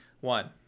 one